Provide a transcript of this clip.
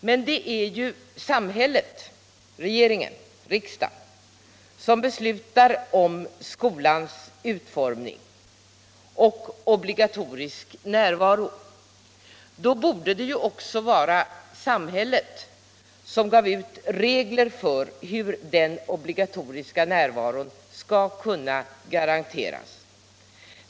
Men det är ju samhället — regeringen och riksdagen - som beslutar om skolans utformning och obligatorisk närvaro. Då borde det också vara samhället som gav ut regler för hur den obligatoriska närvaron skall kunna garanteras.